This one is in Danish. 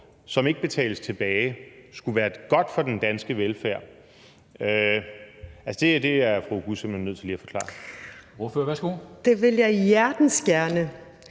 som ikke betales tilbage, skulle være godt for den danske velfærd, er fru Oguz simpelt hen nødt til lige at forklare.